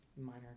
minor